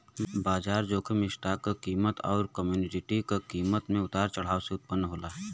बाजार जोखिम स्टॉक क कीमत आउर कमोडिटी क कीमत में उतार चढ़ाव से उत्पन्न होला